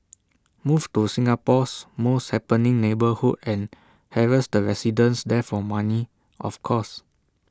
move to Singapore's most happening neighbourhood and harass the residents there for money of course